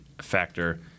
factor